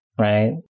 right